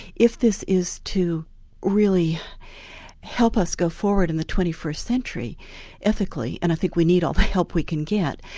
if this is to really help us go forward in the twenty first century ethically, and i think we need all the help we can get,